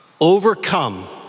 Overcome